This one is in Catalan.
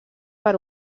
per